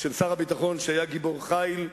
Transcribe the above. של שר הביטחון שהיה גיבור חיל,